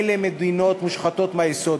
אלה מדינות מושחתות מהיסוד.